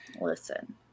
listen